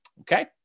Okay